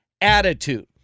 attitude